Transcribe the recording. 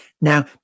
Now